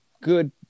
good